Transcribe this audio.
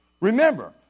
Remember